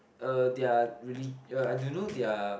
uh their reli~ do know their